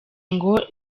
ngo